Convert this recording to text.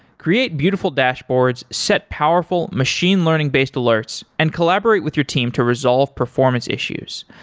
create beautiful dashboards. set powerful machine learning-based alerts and collaborate with your team to resolve performance issues.